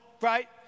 right